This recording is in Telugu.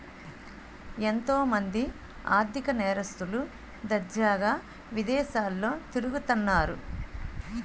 ఎంతో మంది ఆర్ధిక నేరస్తులు దర్జాగా విదేశాల్లో తిరుగుతన్నారు